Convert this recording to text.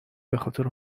بخاطر